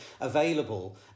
available